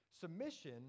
Submission